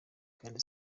kandi